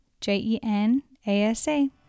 J-E-N-A-S-A